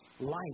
life